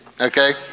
okay